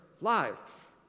life